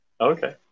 Okay